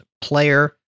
player